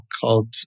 called